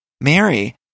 Mary